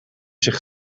zich